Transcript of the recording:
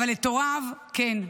אבל את הוריו אורית ושלמה כן,